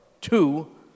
Two